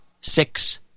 six